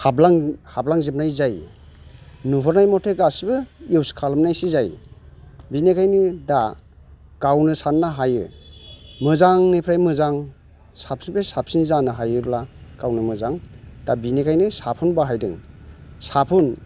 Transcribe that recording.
हाब्लां हाब्लांजोबनाय जायो नुहुरनाय मथे गासिबो इउस खालामनायसो जायो बेनिखायनो दा गावनो साननो हायो मोजांनिफ्राय मोजां साबसिननिफ्राय साबसिन जानो हायोब्ला गावनो मोजां दा बिनिखायनो साफुन बाहायदों साफुन